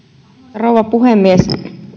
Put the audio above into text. rouva puhemies